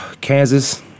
kansas